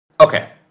Okay